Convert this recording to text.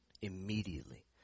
immediately